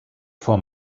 for